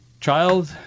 Child